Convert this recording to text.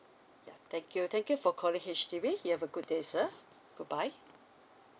yeah thank you thank you for calling H_D_B you have a good day sir goodbye